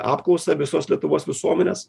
apklausą visos lietuvos visuomenės